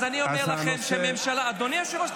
אז אני אומר לכם שהממשלה --- אז הנושא --- אדוני היושב-ראש,